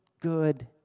good